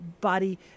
body